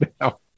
now